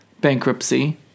bankruptcy